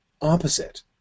opposite